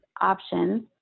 options